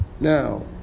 Now